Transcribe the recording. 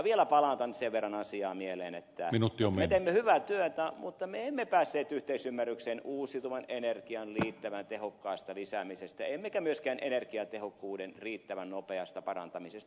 vielä palautan sen verran asiaa mieleen että me teimme hyvää työtä mutta me emme päässeet yhteisymmärrykseen uusiutuvan energian riittävän tehokkaasta lisäämisestä emmekä myöskään energiatehokkuuden riittävän nopeasta parantamisesta